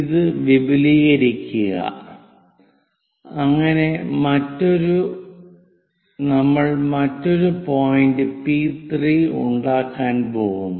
ഇത് വിപുലീകരിക്കുക അങ്ങനെ നമ്മൾ മറ്റൊരു പോയിന്റ് പി 3 ഉണ്ടാക്കാൻ പോകുന്നു